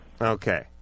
Okay